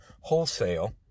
wholesale